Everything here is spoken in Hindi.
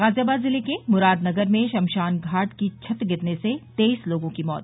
गाजियाबाद जिले के मुरादनगर में श्मशान घाट की छत गिरने से तेईस लोगों की मौत